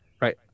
Right